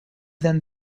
than